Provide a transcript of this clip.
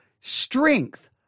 strength